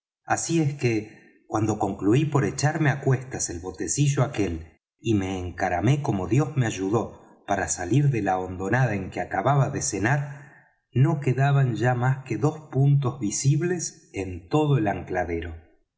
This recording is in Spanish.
así es que cuando concluí por echarme á cuestas el botecillo aquel y me encaramé como dios me ayudó para salir de la hondonada en que acababa de cenar no quedaban ya más que dos puntos visibles en todo el ancladero